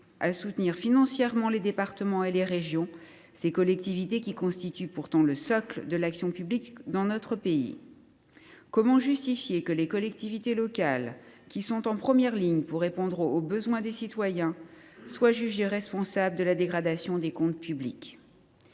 à soutenir financièrement les départements et les régions, ces collectivités qui constituent pourtant le socle de l’action publique dans notre pays. Comment justifier que les collectivités locales, qui sont en première ligne pour répondre aux besoins des citoyens, soient jugées responsables de la dégradation des comptes publics ?